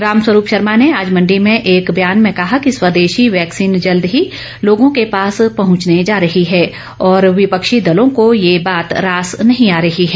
रामस्वरूप शर्मा ने आज मंडी में एक बयान में कहा कि स्वदेशी वैक्सीन जल्द ही लोगो के पास पहुंचने जा रही है और विपक्षी दलों को ये बात रास नहीं आ रही है